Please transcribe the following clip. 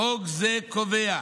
חוק זה קובע